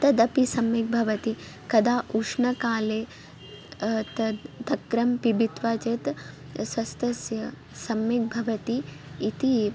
तदपि सम्यक् भवति कदा उष्णकाले तद् तक्रं पित्वा चेत् स्वास्थ्यं सम्यक् भवति इति